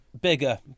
Bigger